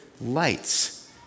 lights